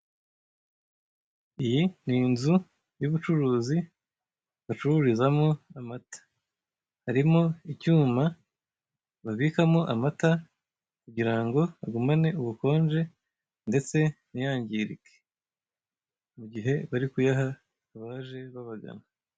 Iyi ni inzu y'ubucuruzi bacururizamo amata harimo icyuma babikamo amata kugira ngo agumane ubukonje ndetse ntiyangirike igihe barikuyaha abaje babagana.